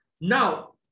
Now